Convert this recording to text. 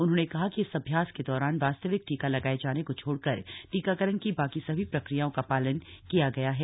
उन्होंने कहा कि इस अभ्यास के दौरान वास्तविक टीका लगाये जाने को छोड़कर टीकाकरण की बाकी सभी प्रक्रियाओं का पालन किया गया है